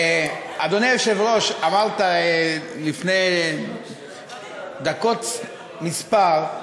אדוני היושב-ראש, אמרת לפני דקות מספר,